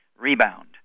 Rebound